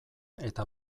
eta